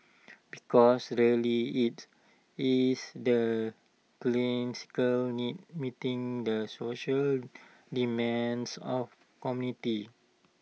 because really IT is the clinical needs meeting the social demands of committee